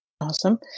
Awesome